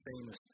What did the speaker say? famous